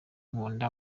nkunda